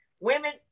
Women